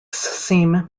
seam